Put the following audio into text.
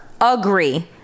agree